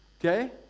okay